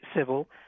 civil